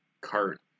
cart